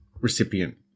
recipient